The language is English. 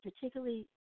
particularly